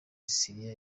syria